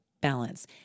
balance